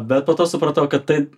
bet po to supratau kad tai